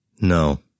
No